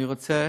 אני רוצה